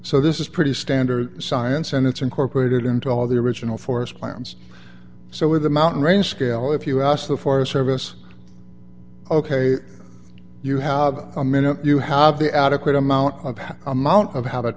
so this is pretty standard science and it's incorporated into all the original forest plans so with the mountain range scale if you ask the forest service ok you have a minute you have the adequate amount of amount of how t